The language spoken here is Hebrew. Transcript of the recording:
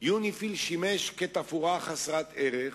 יוניפי"ל שימש כתפאורה חסרת ערך,